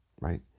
right